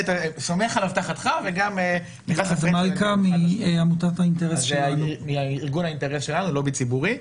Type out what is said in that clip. אני מהארגון "האינטרס שלנו", לובי ציבורי.